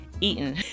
eaten